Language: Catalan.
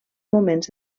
moments